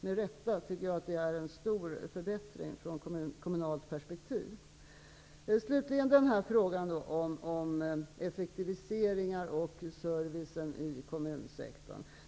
Med rätta tycker jag att det sett ur kommunalt perspektiv är en stor förbättring. Slutligen vill jag säga några ord om effektiviseringar och servicen inom kommunsektorn.